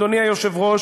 אדוני היושב-ראש,